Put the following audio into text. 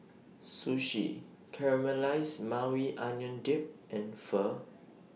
Sushi Caramelized Maui Onion Dip and Pho